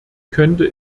könnte